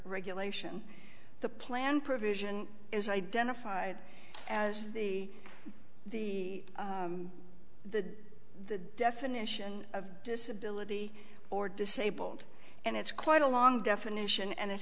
regulation the plan provision is identified as the the the definition of disability or disabled and it's quite a long definition and it